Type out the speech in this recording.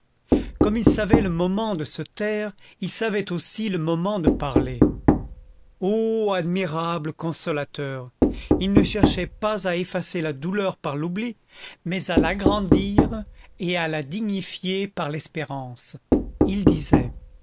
comme il savait le moment de se taire il savait aussi le moment de parler ô admirable consolateur il ne cherchait pas à effacer la douleur par l'oubli mais à l'agrandir et à la dignifier par l'espérance il disait